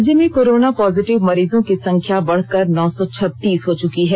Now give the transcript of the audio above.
राज्य में corona positive मरीजों की संख्या बढ़कर नौ सौ छत्तीस हो चुकी है